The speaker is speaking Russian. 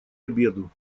обеду